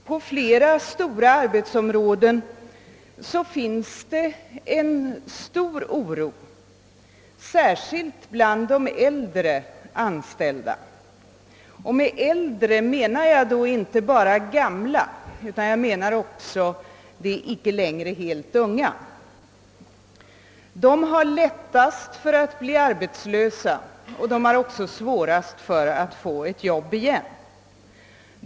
På flera stora arbetsområden förekommer det en stor oro, särskilt bland de äldre anställda. Med äldre menar jag då inte bara gamla utan också de icke längre helt unga. Dessa kategorier blir lättast arbetslösa och har det också svårast att få en anställning igen.